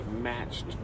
matched